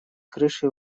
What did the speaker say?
крышей